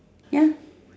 ya